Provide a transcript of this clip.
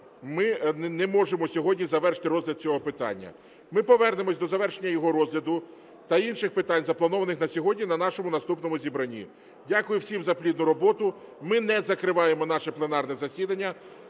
ми не можемо сьогодні завершити розгляд цього питання. Ми повернемося до завершення його розгляду та інших питань, запланованих на сьогодні, на нашому наступному зібранні. Дякую всім за плідну роботу. Ми не закриваємо наше пленарне засідання.